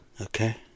okay